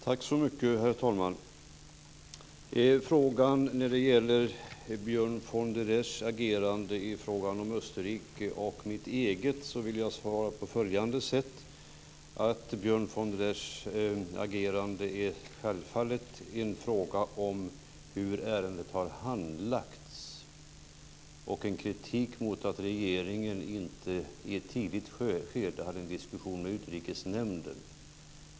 Herr talman! Jag vill svara på följande sätt i fråga om Björn von der Esch och mitt agerande när det gäller Österrike. Björn von der Esch agerande är självfallet en fråga om hur ärendet har handlagts och en kritik mot att regeringen inte i ett tidigt skede hade en diskussion med Utrikesnämnden.